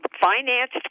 financed